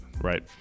Right